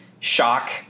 Shock